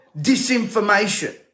disinformation